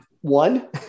one